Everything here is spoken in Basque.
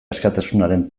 askatasunaren